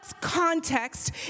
context